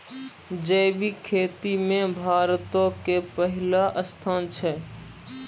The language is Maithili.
जैविक खेती मे भारतो के पहिला स्थान छै